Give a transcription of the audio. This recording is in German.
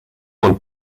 und